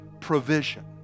provision